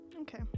okay